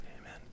Amen